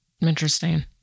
Interesting